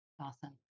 Awesome